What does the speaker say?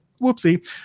whoopsie